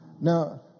Now